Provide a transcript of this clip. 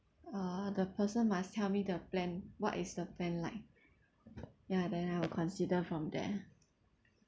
ah the person must tell me the plan what is the plan like ya then I will consider from there